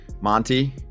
Monty